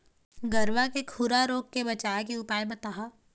गरवा के खुरा रोग के बचाए के उपाय बताहा?